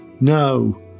No